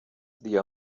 the